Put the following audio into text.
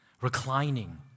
reclining